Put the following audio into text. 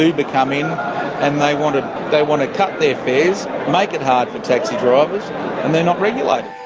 uber come in and they want ah they want to cut their fares, make it hard for taxi drivers, and they're not regulated.